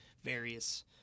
various